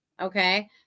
Okay